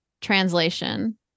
translation